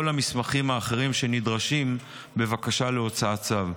המסמכים האחרים שנדרשים בבקשה להוצאת צו.